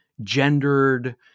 gendered